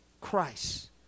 Christ